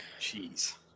Jeez